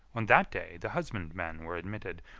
on that day the husbandmen were admitted,